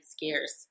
gears